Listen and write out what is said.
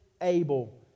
able